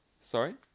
Sorry